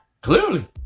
Clearly